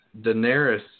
Daenerys